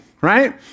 right